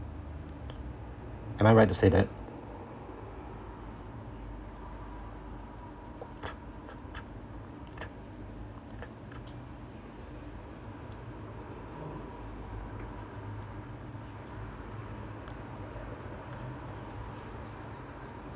am I right to say that